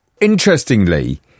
interestingly